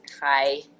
Hi